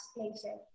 later